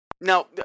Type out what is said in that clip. Now